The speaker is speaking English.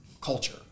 culture